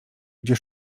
gdzie